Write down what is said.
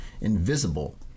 invisible